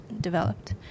developed